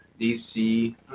DC